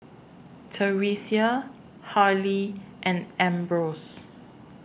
Theresia Harlie and Ambrose